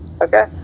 Okay